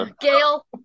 Gail